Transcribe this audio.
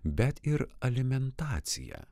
bet ir alimentacija